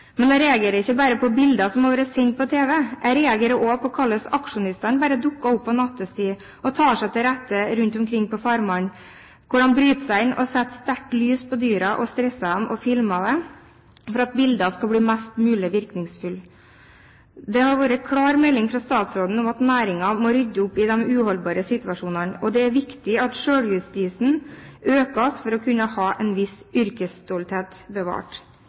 Men jeg reagerer ikke bare på bilder som har vært sendt på TV. Jeg reagerer også på hvordan aksjonistene bare dukker opp ved nattetid og tar seg til rette rundt omkring på farmene, hvor de bryter seg inn og setter sterkt lys på dyrene og stresser dem og filmer det for at bildene skal bli mest mulig virkningsfulle. Det har vært en klar melding fra statsråden om at næringen må rydde opp i den uholdbare situasjonen, og det er viktig at selvjustisen økes for å kunne ha en viss yrkesstolthet bevart.